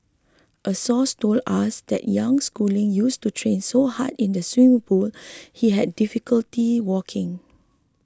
a source told us that young Schooling used to train so hard in the swimming pool he had difficulty walking